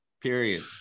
Period